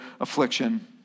affliction